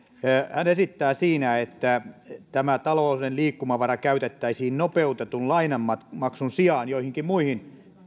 hän esittää siinä että tämä taloudellinen liikkumavara käytettäisiin nopeutetun lainanmaksun sijaan joihinkin muihin